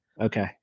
Okay